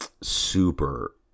super